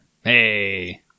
Hey